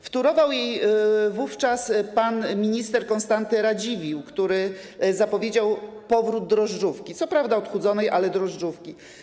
Wtórował jej wówczas pan minister Konstanty Radziwiłł, który zapowiedział powrót drożdżówki - co prawda odchudzonej, ale drożdżówki.